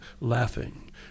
laughing